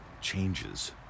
changes